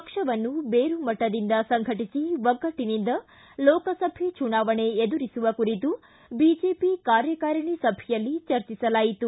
ಪಕ್ಷವನ್ನು ಬೇರುಮಟ್ಟದಿಂದ ಸಂಘಟಿಸಿ ಒಗ್ಗಟ್ಟನಿಂದ ಲೋಕಸಭೆ ಚುನಾವಣೆ ಎದುರಿಸುವ ಕುರಿತು ಬಿಜೆಪಿ ಕಾರ್ಯಕಾರಿಣಿ ಸಭೆಯಲ್ಲಿ ಚರ್ಚಿಸಲಾಯಿತು